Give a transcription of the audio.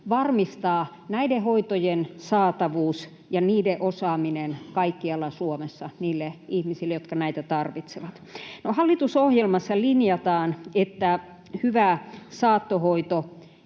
varmistaa näiden hoitojen saatavuus ja niiden osaaminen kaikkialla Suomessa niille ihmisille, jotka näitä tarvitsevat. No, hallitusohjelmassa linjataan, että hyvä saattohoito